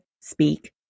Speak